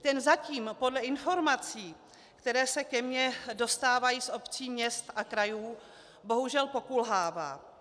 Ten zatím podle informací, které se ke mně dostávají z obcí, měst a krajů, bohužel pokulhává.